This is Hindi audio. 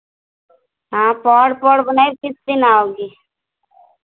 हाँ पोड़ पोड़ बनाई किस दिन आओगी